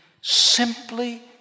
simply